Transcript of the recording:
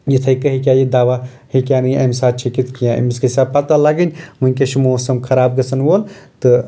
یتھٕے کٔۍ ہٮ۪کہِ ہا یہِ دوا ہٮ۪کہِ ہا نہٕ یہِ امہِ ساتہٕ چھکِتھ کینٛہہ أمِس گژھِ ہا پتہ لگٕنۍ وُنکیٚس چھُ موسم خراب گژھن وول تہٕ